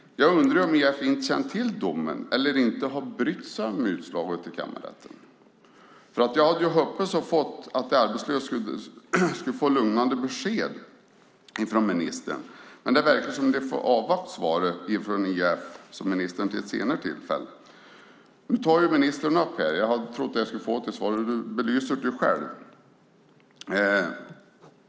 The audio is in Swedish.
Jag undrar om IAF inte har känt till domen eller inte har brytt sig om utslaget i kammarrätten. Jag hade hoppats att de arbetslösa skulle få lugnande besked från ministern, men det verkar som att de får avvakta svaret från IAF och ministern till ett senare tillfälle. Ministern tar upp det här, och han belyser det ju själv.